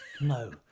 No